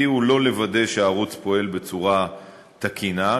תפקידי הוא לא לוודא שהערוץ פועל בצורה תקינה,